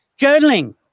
journaling